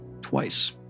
twice